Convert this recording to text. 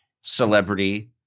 celebrity